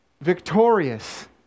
victorious